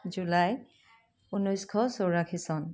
July ঊনৈছশ চৌৰাশী চন